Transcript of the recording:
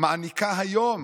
מעניקה היום,